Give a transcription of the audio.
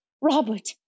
Robert